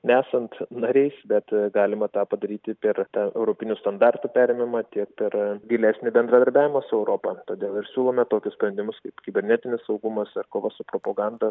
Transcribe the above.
nesant nariais bet galima tą padaryti per tą europinių standartų perimimą tiek per gilesnį bendradarbiavimą su europa todėl ir siūlome tokius sprendimus kaip kibernetinis saugumas ir kova su propaganda